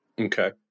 Okay